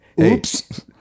oops